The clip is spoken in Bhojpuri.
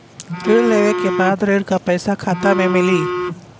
ऋण लेवे के बाद ऋण का पैसा खाता में मिली?